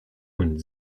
und